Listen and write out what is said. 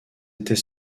était